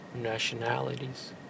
nationalities